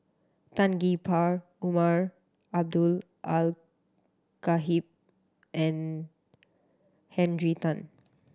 Tan Gee Paw Umar Abdullah Al Khatib and Henry Tan